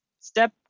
step